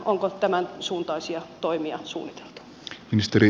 onko tämänsuuntaisia toimia suunniteltu